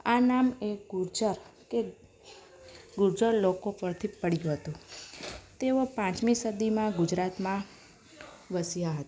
આ નામ એ ગુર્જર ગુર્જર લોકો પરથી પડ્યું હતું તેઓ પાંચમી સદીમાં ગુજરાતમાં વસ્યાં હતાં